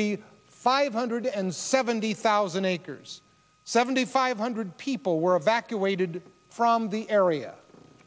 be five hundred and seventy thousand acres seventy five hundred people were evacuated from the area